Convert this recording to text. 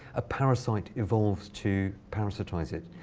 a parasite evolves to parasitize it.